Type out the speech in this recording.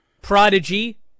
Prodigy